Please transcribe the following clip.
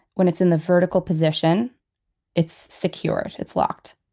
when it's in the vertical position it's secure, it's locked.